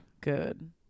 Good